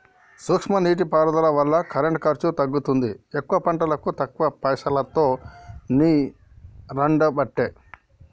సూక్ష్మ నీటి పారుదల వల్ల కరెంటు ఖర్చు తగ్గుతుంది ఎక్కువ పంటలకు తక్కువ పైసలోతో నీరెండబట్టే